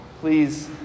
Please